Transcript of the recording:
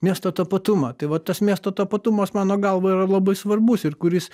miesto tapatumą tai vat tas miesto tapatumas mano galva yra labai svarbus ir kuris